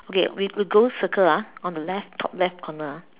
okay we we go circle ah on the left top left corner ah